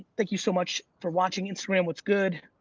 thank you so much for watching instagram. what's good?